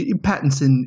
Pattinson